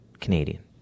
Canadian